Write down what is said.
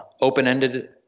open-ended